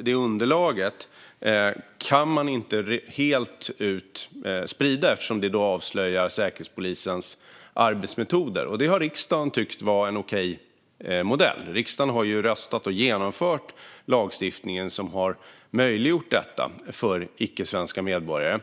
det underlaget kan man inte helt ut sprida eftersom det avslöjar Säkerhetspolisens arbetsmetoder. Det har riksdagen tyckt är en okej modell. Riksdagen har röstat och genomfört lagstiftningen som har möjliggjort detta för icke-svenska medborgare.